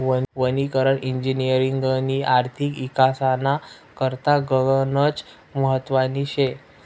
वनीकरण इजिनिअरिंगनी आर्थिक इकासना करता गनच महत्वनी शे